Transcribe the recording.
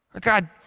God